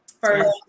first